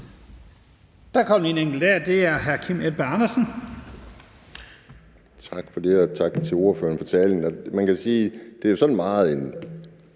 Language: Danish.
Kim Edberg Andersen. Kl. 15:49 Kim Edberg Andersen (DD): Tak for det, og tak til ordføreren for talen. Man kan sige, at det er sådan en